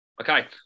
Okay